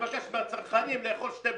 נבקש מהצרכנים לאכול שתי ביצים,